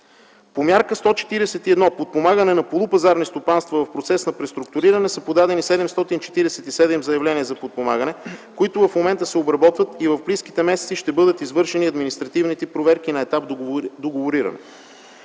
По Мярка 141 „Подпомагане на полупазарни стопанства в процес на преструктуриране” са подадени 747 заявления за подпомагане, които в момента се обработват и в близките месеци ще бъдат извършени административните проверки на етап договориране.